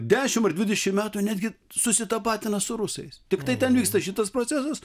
dešimt ar dvidešimt metų netgi susitapatina su rusais tiktai ten vyksta šitas procesas